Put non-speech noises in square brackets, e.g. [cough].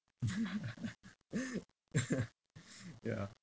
[laughs] yeah